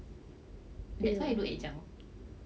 that's why I do adjunct